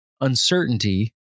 uncertainty